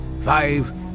five